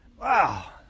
Wow